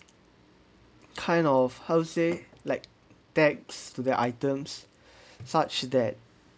kind of how to say like tags to their items such that